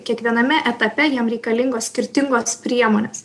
kiekviename etape jiem reikalingos skirtingos priemonės